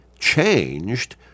changed